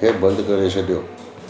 खे बंदि करे छॾियो